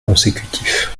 consécutif